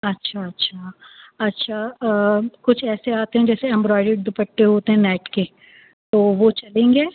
اچھا اچھا اچھا کچھ ایسے آتے ہیں جیسے ایمبرائڈڈ دوپٹے ہوتے ہیں نیٹ کے تو وہ چلیں گے